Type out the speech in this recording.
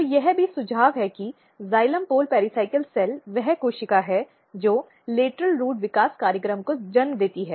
तो यह भी सुझाव है कि जाइलम पोल पेराइकल सेल वह कोशिका है जो लेटरल रूट विकास कार्यक्रम को जन्म देती है